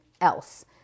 else